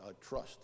trust